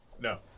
No